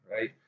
right